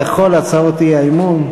על כל הצעות האי-אמון.